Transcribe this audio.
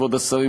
כבוד השרים,